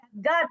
God